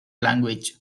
language